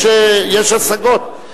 יש השגות.